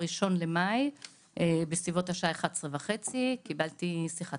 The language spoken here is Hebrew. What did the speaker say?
ב-1 למאי בסביבות השעה 11:30 קבלתי שיחת